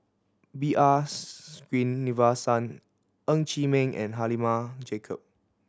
B R Sreenivasan Ng Chee Meng and Halimah Yacob